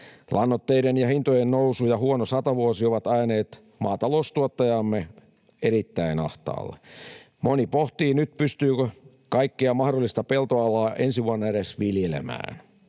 Lannoitteiden ja muiden hintojen nousu ja huono satovuosi ovat ajaneet maataloustuottajamme erittäin ahtaalle. Moni pohtii nyt, pystyykö kaikkea mahdollista peltoalaa ensi vuonna edes viljelemään.